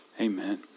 amen